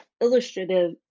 illustrative